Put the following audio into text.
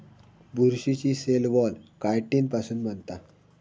बुरशीची cell wall chitin पासुन बनता